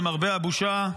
למרבה הבושה,